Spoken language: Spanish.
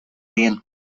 bien